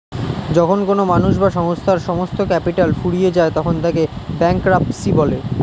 যখন কোনো মানুষ বা সংস্থার সমস্ত ক্যাপিটাল ফুরিয়ে যায় তখন তাকে ব্যাঙ্করাপ্সি বলে